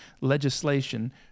legislation